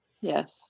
yes